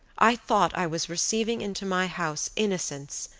i thought i was receiving into my house innocence,